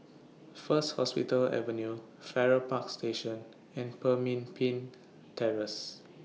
First Hospital Avenue Farrer Park Station and Pemimpin Terrace